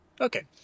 Okay